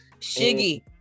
Shiggy